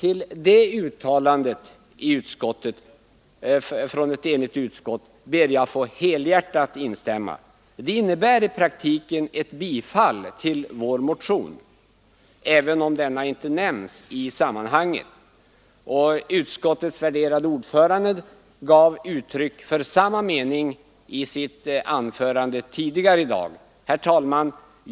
I det uttalandet från ett enigt utskott ber jag att helhjärtat få instämma. Det innebär i praktiken ett bifall till vår motion även om denna inte nämns i sammanhanget. Utskottets värderade ordförande gav uttryck för samma mening i sitt anförande tidigare i dag. Herr talman!